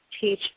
teach